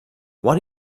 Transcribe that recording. what